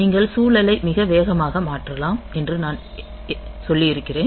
நீங்கள் சூழலை மிக வேகமாக மாற்றலாம் என்று நான் சொல்லி இருக்கிறேன்